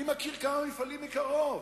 אני מכיר כמה מפעלים מקרוב,